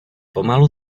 pomalu